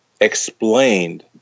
explained